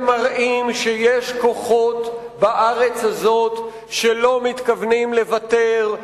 הם מראים שיש כוחות בארץ הזאת שלא מתכוונים לוותר,